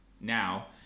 now